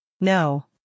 no